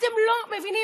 אתם לא מבינים.